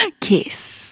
KISS